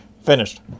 finished